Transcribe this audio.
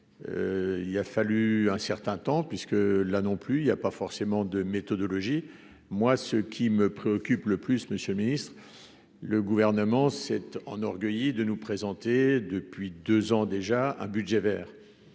il a fallu un certain temps, puisque là non plus, il y a pas forcément de méthodologie, moi ce qui me préoccupe le plus, monsieur le Ministre, le gouvernement 7 enorgueillit de nous présenter depuis 2 ans déjà, à budget Vert,